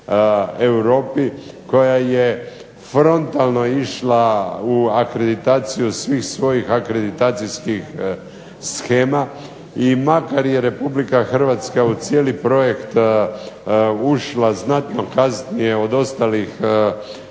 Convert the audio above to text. koja je frontalno išla u akreditaciju svih svojih akreditacijskih shema i makar je Republika Hrvatska u cijeli projekt ušla znatno kasnije od ostalih